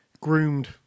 groomed